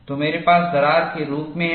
तो मेरे पास दरार के रूप में है